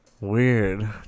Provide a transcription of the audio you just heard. Weird